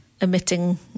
emitting